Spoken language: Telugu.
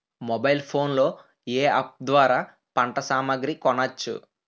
మొబైల్ ఫోన్ లో ఏ అప్ ద్వారా పంట సామాగ్రి కొనచ్చు?